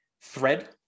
thread